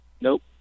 Nope